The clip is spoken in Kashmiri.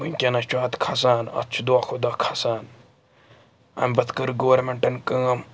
وٕنۍکٮ۪نَس چھُ اَتھ کھَسان اَتھ چھُ دۄہ کھۄ دۄہ کھَسان اَمہِ پَتہٕ کٔر گورمٮ۪نٛٹَن کٲم